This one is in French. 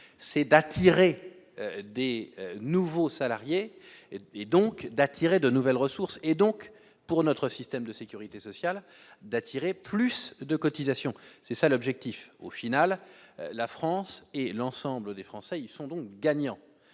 c'est d'attirer des nouveaux salariés et donc d'attirer de nouvelles ressources et donc pour notre système de sécurité sociale d'attirer plus de cotisations, c'est ça l'objectif, au final, la France et l'ensemble des Français y sont donc gagnants